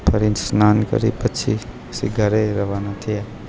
ફરી સ્નાન કરી પછી ઘરે રવાના થયા